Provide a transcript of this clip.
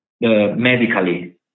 medically